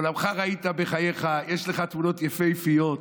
עולמך ראית בחייך, יש לך תמונות יפהפיות,